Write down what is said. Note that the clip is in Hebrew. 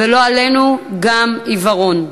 ולא עלינו גם עיוורון.